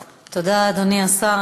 תודה, אדוני, השר.